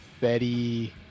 Betty